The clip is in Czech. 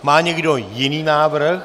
Má někdo jiný návrh?